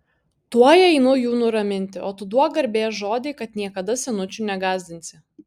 tuoj einu jų nuraminti o tu duok garbės žodį kad niekada senučių negąsdinsi